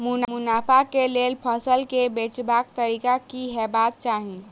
मुनाफा केँ लेल फसल केँ बेचबाक तरीका की हेबाक चाहि?